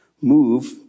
move